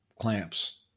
clamps